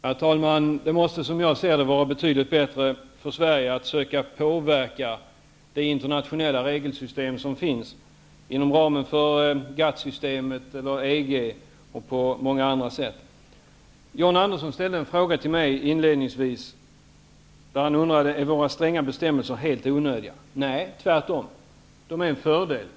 Herr talman! Det måste, som jag ser det, vara betydligt bättre att söka påverka de internationella regelsystem som finns inom ramen för GATT eller EG och på många andra sätt. John Andersson ställde en fråga inledningsvis, där han undrade: Är våra stränga bestämmelser helt onödiga? Nej, tvärtom. De är en fördel.